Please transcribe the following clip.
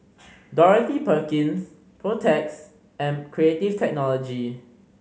Dorothy Perkins Protex and Creative Technology